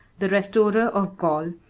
the restorer of gaul,